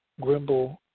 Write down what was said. Grimble